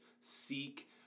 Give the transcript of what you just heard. seek